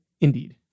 Indeed